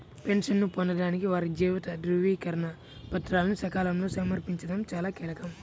పెన్షన్ను పొందడానికి వారి జీవిత ధృవీకరణ పత్రాలను సకాలంలో సమర్పించడం చాలా కీలకం